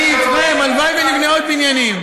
אני אתכם, הלוואי שנבנה עוד בניינים.